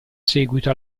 seguito